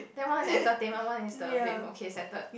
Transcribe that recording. then one is entertainment one is the bedroom okay settled